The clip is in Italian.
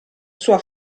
sua